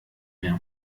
mehr